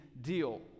deal